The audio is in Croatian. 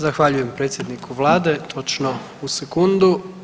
Zahvaljujem predsjedniku vlade, točno u sekundu.